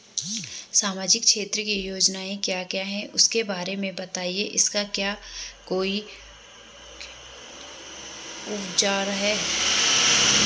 सामाजिक क्षेत्र की योजनाएँ क्या क्या हैं उसके बारे में बताएँगे इसका क्या कोई ब्राउज़र है?